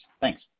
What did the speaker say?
Thanks